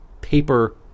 paper